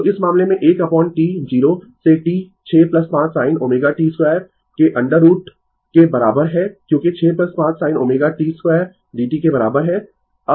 तो इस मामले में 1 अपोन T 0 से T 6 5 sin ω t2 के 2√ के बराबर है क्योंकि 6 5 sin ω t2dt के बराबर है